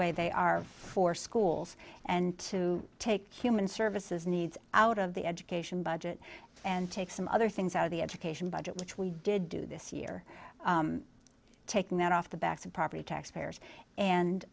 way they are for schools and to take human services needs out of the education budget and take some other things out of the education budget which we did do this year taking that off the backs of property tax payers and